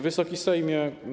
Wysoki Sejmie!